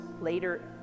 later